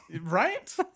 Right